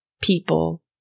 people